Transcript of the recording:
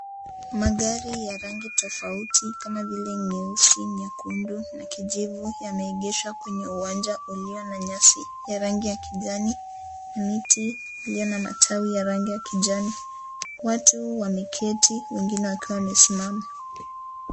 Magari ya rangi tofauti kama vile, nyeusi, nyekundu, na kijivu yameegeshwa kwenye uwanja ulio na nyasi ya rangi ya kijani. Miti iliyo na matawi ya rangi ya kijani, watu wameketi wengine wakiwa wamesimama.